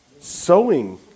sewing